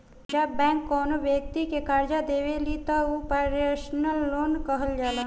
जब बैंक कौनो बैक्ति के करजा देवेली त उ पर्सनल लोन कहल जाला